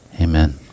Amen